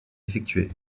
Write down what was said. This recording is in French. effectué